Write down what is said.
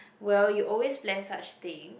well you always plan such thing